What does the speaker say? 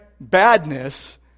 badness